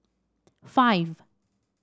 five